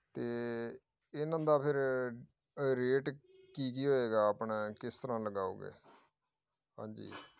ਅਤੇ ਇਹਨਾਂ ਦਾ ਫਿਰ ਰੇਟ ਕੀ ਕੀ ਹੋਏਗਾ ਆਪਣਾ ਕਿਸ ਤਰ੍ਹਾਂ ਲਗਾਓਗੇ ਹਾਂਜੀ